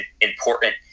important